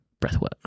breathwork